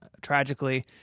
tragically